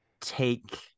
take